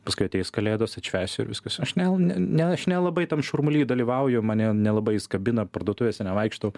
paskui ateis kalėdos atšvęsiu ir viskas aš ne ne aš nelabai tam šurmuly dalyvauju mane nelabai jis kabina parduotuvėse nevaikštau